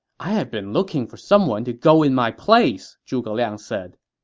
i've been looking for someone to go in my place, zhuge liang said,